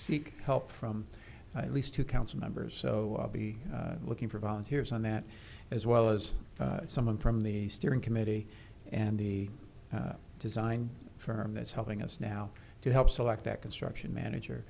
seek help from at least two council members so be looking for volunteers on that as well as someone from the steering committee and the design firm that's helping us now to help select that construction manager